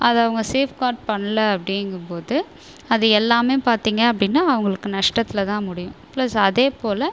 அதை அவங்க சேஃப்கார்ட் பண்ணல அப்படிங்கும்போது அது எல்லாமே பார்த்தீங்க அப்படின்னா அவங்களுக்கு நஷ்டத்தில் தான் முடியும் ப்ளஸ் அதே போல்